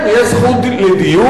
יש זכות לדיור,